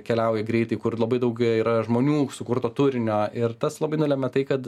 keliauja greitai kur labai daug yra žmonių sukurto turinio ir tas labai nulemia tai kad